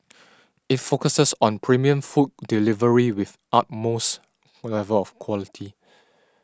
it focuses on premium food delivery with utmost level of quality